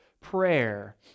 prayer